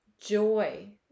joy